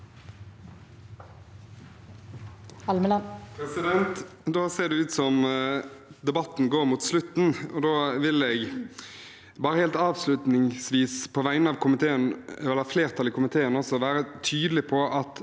Da ser det ut som debatten går mot slutten. Jeg vil bare helt avslutningsvis, på vegne av flertallet i komiteen, også være tydelig på at